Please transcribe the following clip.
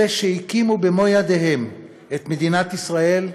אלה שהקימו במו ידיהם את מדינת ישראל,